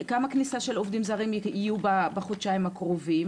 כמה כניסה של עובדים זרים תהיה בחודשיים הקרובים?